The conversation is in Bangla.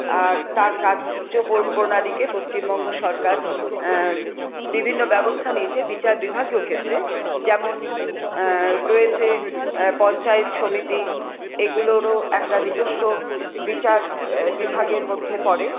আর তার কার্য প্র প্রণালীকে পশ্চিমবঙ্গ সরকার বিভিন্ন ব্যবস্থা নিয়েছে বিচার বিভাগীয় ক্ষেত্রে যেমন রয়েছে পঞ্চায়েত সমিতি এগুলোরও একটা নিজেস্ব বিচার বিভাগের মধ্যে পড়ে